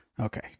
Okay